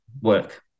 work